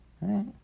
right